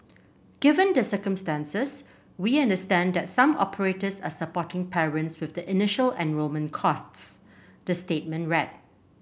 given the circumstances we understand that some operators are supporting parents with the initial enrolment costs the statement read